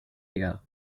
hígado